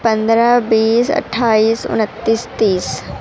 پندرہ بیس اٹھائیس انتیس تیس